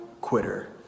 quitter